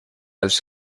els